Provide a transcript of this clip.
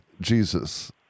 Jesus